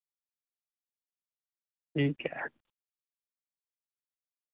ठीक ऐ